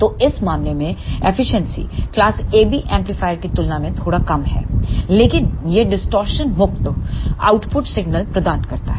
तोइस मामले में efficiency class AB amplifier की तुलना में थोड़ा कम है लेकिन यह डिस्टॉर्शन मुक्त आउटपुट सिग्नल प्रदान करता है